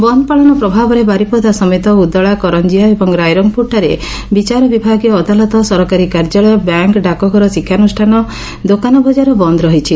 ବନ୍ଦ ପାଳନ ପ୍ରଭାବରେ ବାରିପଦା ସମେତ ଉଦଳା କରଞ୍ଚିଆ ଏବଂ ରାଇରଙ୍ଗପୁରଠାରେ ବିଚାର ବିଭାଗୀୟ ଅଦାଲତ ସରକାରୀ କାର୍ଯ୍ୟାଳୟ ବ୍ୟାଙ୍କ ଡାକଘର ଶିକ୍ଷାନୁଷ୍ଠାନ ଦୋକାନ ବଜାର ବନ୍ଦ ରହିଛି